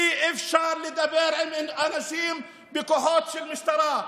אי-אפשר לדבר עם אנשים בכוחות של משטרה.